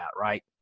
right